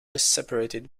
separated